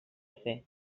fer